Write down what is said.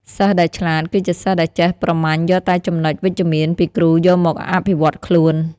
សិស្សដែលឆ្លាត គឺជាសិស្សដែលចេះចម្រាញ់យកតែចំណុចវិជ្ជមានពីគ្រូយកមកអភិវឌ្ឍខ្លួន។